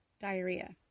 diarrhea